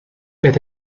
with